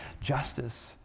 justice